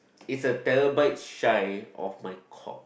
is a terabyte shy of my cock